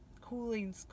cooling